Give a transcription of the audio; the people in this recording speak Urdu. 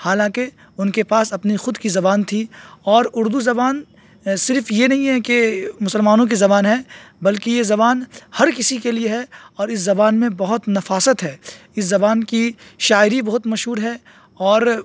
حالانکہ ان کے پاس اپنی خود کی زبان تھی اور اردو زبان صرف یہ نہیں ہے کہ مسلمانوں کی زبان ہے بلکہ یہ زبان ہر کسی کے لیے ہے اور اس زبان میں بہت نفاست ہے اس زبان کی شاعری بہت مشہور ہے اور